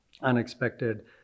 unexpected